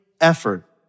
effort